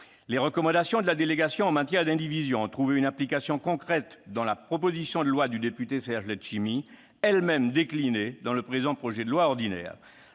Les recommandations de la délégation en matière d'indivision ont trouvé une application concrète dans la proposition de loi du député Serge Letchimy, elle-même déclinée dans le présent projet de loi ordinaire.